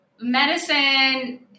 medicine